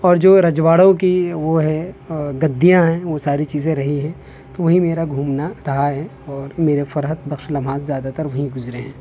اور جو رجواڑوں کی وہ ہے گدیاں ہیں وہ ساری چیزیں رہی ہیں تو وہیں میرا گھومنا رہا ہے اور میرے فرحت بخش لمحات زیادہ تر وہیں گزرے ہیں